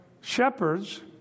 shepherds